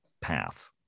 path